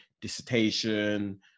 dissertation